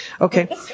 Okay